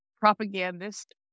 Propagandist